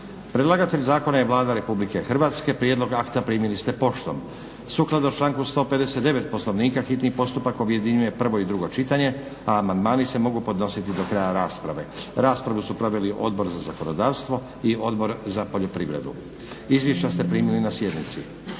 Predlagatelj zakona je Vlada RH. Prijedlog akta primili ste poštom. sukladno članku 159, poslovnika hitni postupak objedinjuje prvo i drugo čitanje, a amandmani se mogu podnositi do kraja rasprave. Raspravu su proveli Odbor za zakonodavstvo i Odbor za poljoprivredu. Izvješće ste primili na sjednici.